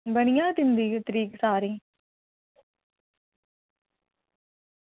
बनी जाह्ग तुं'दी तरीक सारें गी